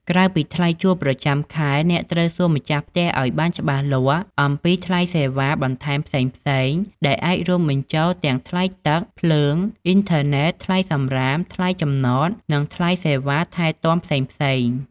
ក្រៅពីថ្លៃជួលប្រចាំខែ អ្នកត្រូវសួរម្ចាស់ផ្ទះឱ្យបានច្បាស់លាស់អំពីថ្លៃសេវាបន្ថែមផ្សេងៗ ដែលអាចរួមបញ្ចូលទាំងថ្លៃទឹក ភ្លើង អ៊ីនធឺណេត ថ្លៃសំរាម ថ្លៃចំណត និងថ្លៃសេវាថែទាំផ្សេងៗ។